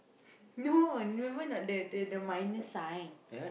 no I remember a not the the minus sign